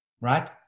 right